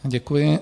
Děkuji.